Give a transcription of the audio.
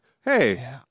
hey